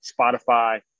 Spotify